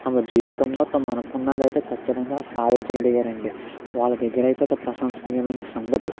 తమ జీవితంలో తమ అనుకున్నది అయితే ఖచ్చితంగా సాధించగలిగారు అండి వాళ్ళ దగ్గర అయితే అది ప్రశంసనీయమైన సంగతి